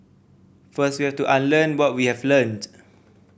first we have to unlearn what we have learnt